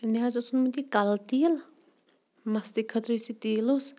مےٚ حظ اوس اوٚنمُت یہِ کَلہٕ تیٖل مستہِ خٲطرٕ یُس یہِ تیٖل اوس